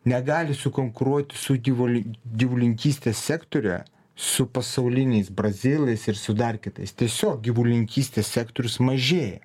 negali sukonkuruoti su gyvuly gyvulininkystės sektoriuje su pasauliniais brazilais ir su dar kitais tiesiog gyvulininkystės sektorius mažėja